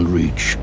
reach